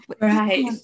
Right